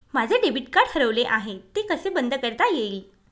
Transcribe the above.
माझे debit card हरवले आहे ते कसे बंद करता येईल?